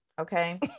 Okay